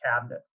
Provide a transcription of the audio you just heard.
cabinet